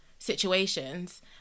situations